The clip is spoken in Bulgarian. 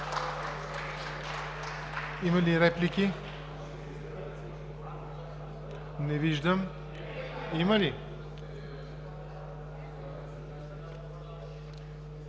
Има ли реплики? Не виждам. Други